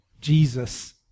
Jesus